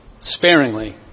sparingly